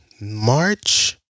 March